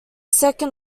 second